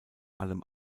allem